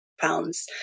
pounds